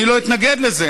אני לא אתנגד לזה.